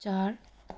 चार